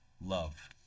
love